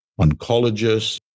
oncologists